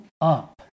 up